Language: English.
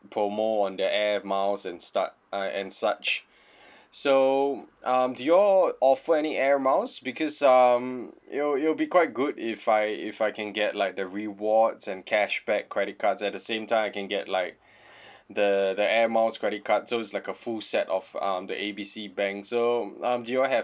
promo on the air miles and start uh and such so um do you all offer any air miles because um it'll it'll be quite good if I if I can get like the rewards and cashback credit cards at the same time I can get like the the air miles credit card so it's like a full set of uh the A B C bank so um do you all have